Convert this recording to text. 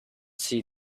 see